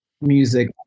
music